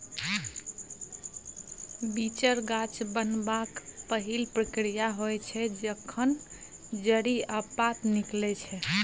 बीचर गाछ बनबाक पहिल प्रक्रिया होइ छै जखन जड़ि आ पात निकलै छै